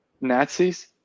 Nazis